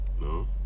No